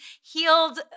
healed